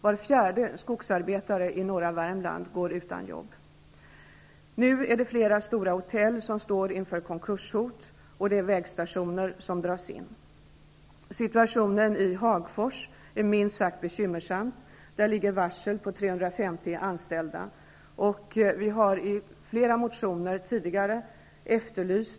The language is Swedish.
Var fjärde skogsarbetare i norra Värmland går utan jobb. Nu är det flera stora hotell som står inför konkurshot, och vägstationer dras in. Situationen i Hagfors är minst sagt bekymmersam. Där gäller varsel 340 anställda. Vi har tidigare i flera motioner